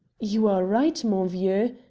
you are right, mon vieux.